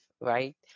right